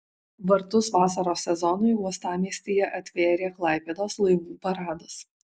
vartus vasaros sezonui uostamiestyje atvėrė klaipėdos laivų paradas